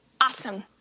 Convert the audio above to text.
Awesome